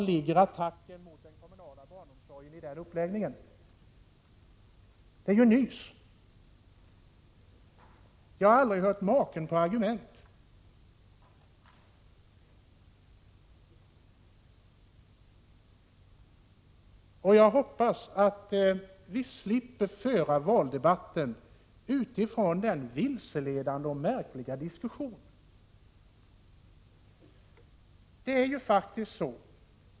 Var ligger attacken mot den kommunala barnomsorgen? Det är bara nys! Jag har aldrig hört maken till argument. Jag hoppas att vi slipper föra valdebatten utifrån det vilseledande och märkliga resonemanget.